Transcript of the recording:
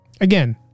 again